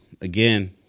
again